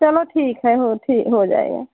चलो ठीक है हो हो जाएगा